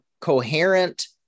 coherent